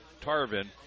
Tarvin